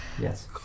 Yes